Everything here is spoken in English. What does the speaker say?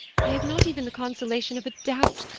i have not even the consolation of a doubt